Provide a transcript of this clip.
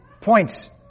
points